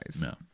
No